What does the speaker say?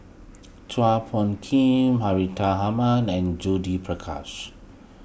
Chua Phung Kim Hartinah Ahmad and Judith Prakash